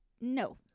No